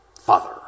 father